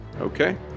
okay